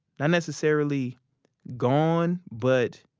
not necessarily gone, but